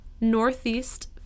Northeast